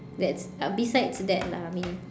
that's uh besides that lah I mean